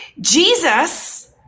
Jesus